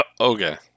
Okay